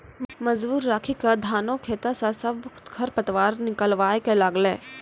मजदूर राखी क धानों खेतों स सब खर पतवार निकलवाय ल लागलै